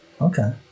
Okay